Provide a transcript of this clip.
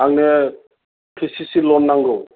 आंनो K C C loan नांगौ